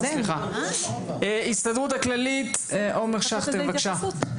ההסתדרות הכללית, עומר שכטר, בבקשה.